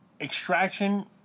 extraction